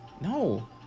No